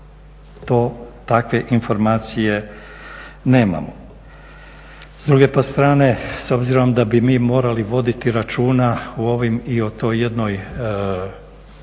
Takve informacije nemamo. S druge pak strane s obzirom da bi mi morali voditi računa u ovim i o toj jednoj hoćete i